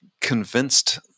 convinced